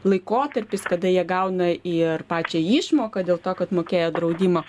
laikotarpis kada jie gauna ir pačią išmoką dėl to kad mokėjo draudimą